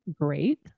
Great